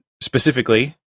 specifically